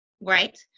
Right